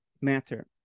matter